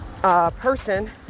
Person